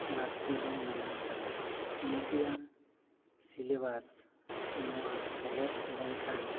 ᱞᱟᱹᱠᱛᱤ ᱦᱚᱸ ᱢᱮᱱᱟᱜ ᱟᱠᱟᱫᱟ ᱩᱱᱠᱩᱣᱟᱜ ᱥᱮᱞᱮᱵᱟᱥ ᱱᱚᱶᱟ ᱥᱮᱞᱮᱫ ᱞᱮᱱ ᱠᱷᱟᱱ